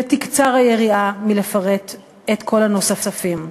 ותקצר היריעה מלפרט את כל הנוספים.